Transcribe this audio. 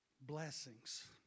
blessings